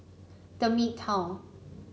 The Midtown